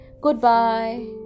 Goodbye